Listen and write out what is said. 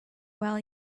well